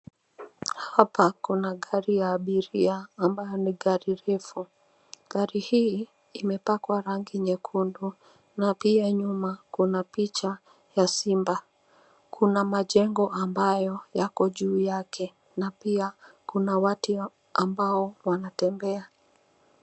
Hapa kuna gari ya abiria ambayo ni gari refu. Gari hii imepakwa rangi nyekundu na pia nyuma kuna picha ya simba. Kuna majengo ambayo yako juu yake na pia kuna watu ambao wanatembea.